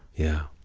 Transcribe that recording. yeah.